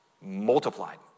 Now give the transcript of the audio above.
multiplied